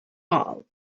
all